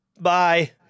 Bye